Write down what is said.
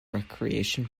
recreation